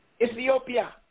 Ethiopia